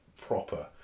proper